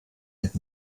mit